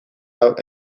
out